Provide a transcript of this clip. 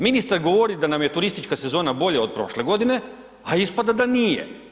Ministar govori da nam je turistička sezona bolja od prošle godine, a ispada da nije.